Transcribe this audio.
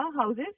houses